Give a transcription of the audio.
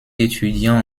étudiant